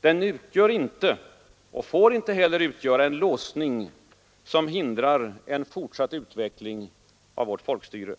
Den utgör inte, och får inte heller utgöra, en låsning som hindrar en fortsatt utveckling av vårt folkstyre.